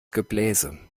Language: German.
gebläse